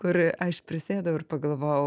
kur aš prisėdau ir pagalvojau